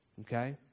Okay